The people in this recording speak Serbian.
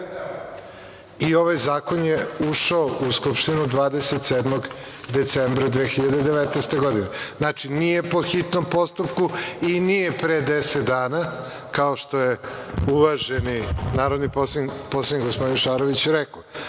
i ovaj zakon je ušao u Skupštinu 27. decembra 2019. godine. Znači, nije po hitnom postupku i nije pre 10 dana kao što je uvaženi narodni poslanik, gospodin Šarović, rekao.